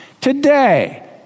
Today